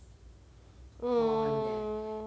mmhmm